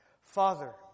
Father